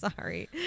Sorry